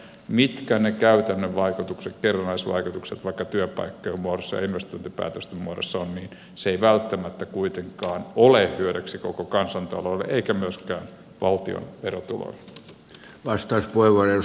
mitkä ne käytännön vaikutukset kerrannaisvaikutukset vaikka työpaikkojen muodossa ja investointipäätösten muodossa ovat se ei välttämättä kuitenkaan ole hyödyksi koko kansantaloudelle eikä myöskään valtion verotuloille